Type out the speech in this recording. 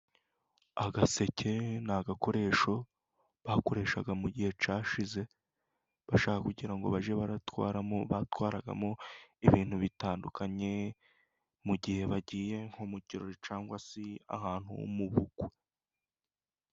Agaseke ni agakoresho bakoreshaga mu gihe cyashize bashaka kugira ngo bajye baratwaramo, batwaragamo ibintu bitandukanye, mu gihe bagiye nko mu kirori cyangwa se ahantu ho mu bukwe.